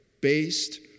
based